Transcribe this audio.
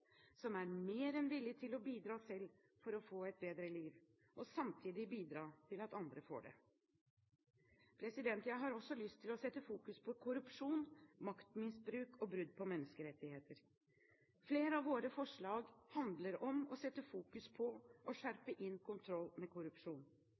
som er mer enn villig til å bidra selv for å få et bedre liv og samtidig bidra til at andre får det. Jeg har også lyst til å sette fokus på korrupsjon, maktmisbruk og brudd på menneskerettigheter. Flere av våre forslag handler om å sette fokus på